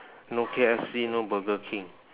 no K_F_C no burger king